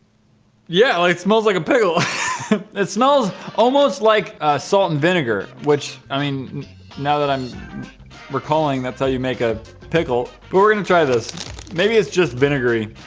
yeah, like it smells like a pickle it smells almost like salt and vinegar which i mean now that i'm recalling that's how you make a pickle. we're gonna try this maybe it's just vinegary